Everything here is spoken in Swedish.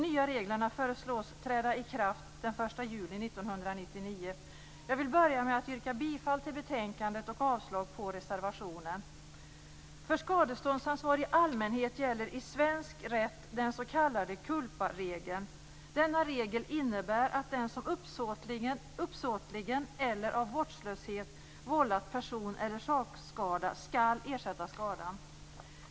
Jag vill börja med att yrka bifall till utskottets hemställan och avslag på reservationen. För skadeståndsansvar i allmänhet gäller i svensk rätt den s.k. culparegeln. Denna regel innebär att den som uppsåtligen eller av vårdslöshet vållat personeller sakskada skall ersätta skadan.